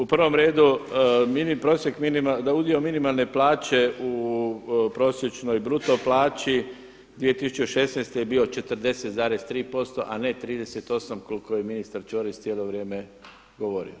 U prvom redu da udio minimalne plaće u prosječnoj bruto plaći 2016. je bio 40,3 a ne 38 koliko je ministar Ćorić cijelo vrijeme govorio.